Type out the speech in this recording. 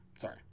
sorry